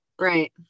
right